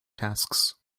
tasks